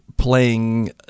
playing